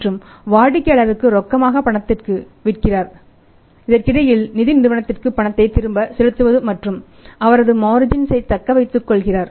மற்றும் வாடிக்கையாளருக்கு ரொக்கப் பணத்திற்கு விற்கிறார் இதற்கிடையில் நிதி நிறுவனத்திற்கும் பணத்தை திரும்பச் செலுத்துவது மற்றும் அவரது மார்ஜின்சை தக்க வைத்துக் கொள்கிறார்